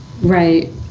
Right